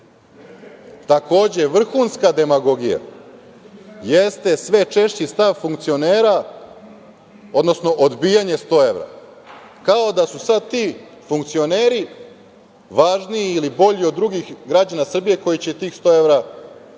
tako? Takođe, vrhunska demagogija jeste sve češći stav funkcionera - odbijanje 100 evra. Kao da su sad ti funkcioneri važniji ili bolji od drugih građana Srbije koji će tih 100 evra u